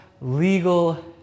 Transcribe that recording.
legal